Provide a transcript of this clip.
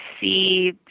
see